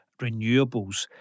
renewables